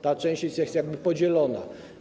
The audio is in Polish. Ta część jest jakby podzielona.